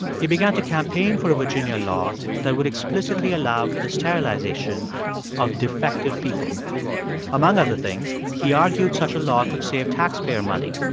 he began to campaign for a virginia law that would explicitly allow for the sterilization of defective people among other things, he argued such a law could save taxpayer money.